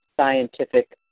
scientific